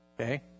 Okay